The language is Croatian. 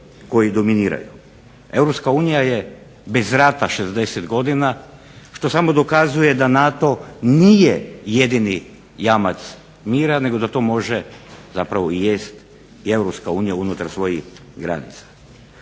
koji dominiraju. Europska unija je bez rata 60 godina što samo dokazuje da NATO nije jedini jamac mira nego da to može i zapravo jest Europska unija unutar svojih granica.